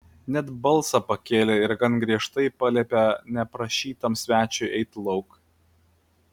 net balsą pakėlė ir gan griežtai paliepė neprašytam svečiui eiti lauk